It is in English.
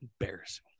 Embarrassing